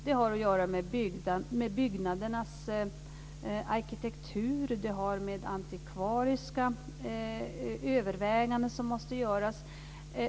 Det har att göra med byggnadernas arkitektur. Det har att göra med antikvariska överväganden som måste göras.